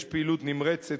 יש פעילות נמרצת,